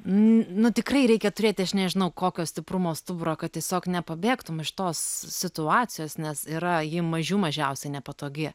nu tikrai reikia turėti aš nežinau kokio stiprumo stuburo kad tiesiog nepabėgtum iš tos situacijos nes yra ji mažių mažiausiai nepatogi